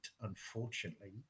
unfortunately